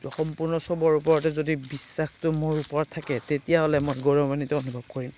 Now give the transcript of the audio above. সম্পূৰ্ণ চবৰ ওপৰতে যদি বিশ্বাসটো মোৰ ওপৰত থাকে তেতিয়াহ'লে মই গৌৰৱান্বিত অনুভৱ কৰিম